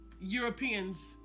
Europeans